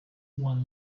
one